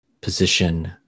position